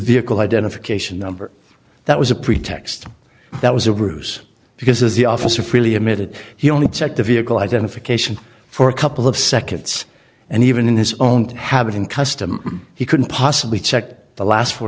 vehicle identification number that was a pretext that was a ruse because the officer freely admitted he only checked the vehicle identification for a couple of seconds and even in his own having custom he couldn't possibly check the last four